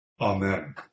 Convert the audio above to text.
Amen